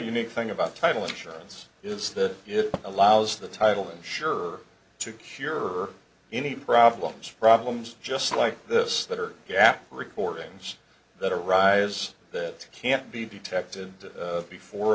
unique thing about title insurance is that it allows the title insurer to cure any problems problems just like this that or gap recordings that arise that can't be detected before